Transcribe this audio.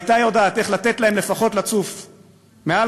והייתה יודעת איך לתת להם לפחות לצוף עד,